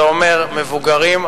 זה אומר מבוגרים,